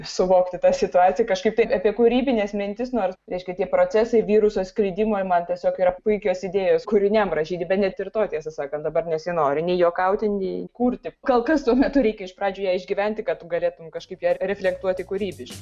suvokti tą situaciją kažkaip tai apie kūrybines mintis nors reiškia tie procesai viruso skridimui man tiesiog yra puikios idėjos kūriniam rašyti bet net ir to tiesą sakant dabar nesinori nei juokauti nei kurti kol kas tuo metu reikia iš pradžių ją išgyventi kad tu galėtum kažkaip ją reflektuoti kūrybiškai